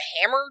hammer